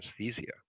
anesthesia